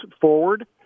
forward